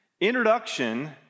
Introduction